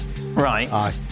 Right